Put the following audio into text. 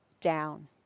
down